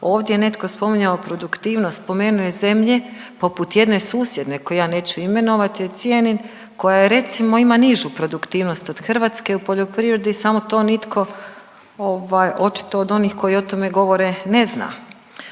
Ovdje je netko spominjao produktivnost, spomenuo je zemlje poput jedne susjedne koju ja neću imenovat jer cijenim koja recimo ima nižu produktivnost od Hrvatske u poljoprivredi, samo to nisko ovaj, očito od onih koji o tome govore, ne zna.